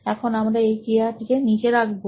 এখন আমরা এই ক্রিয়া টিকে নীচে রাখবো